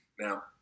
Now